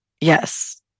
Yes